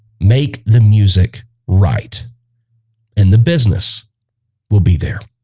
make the music right and the business will be there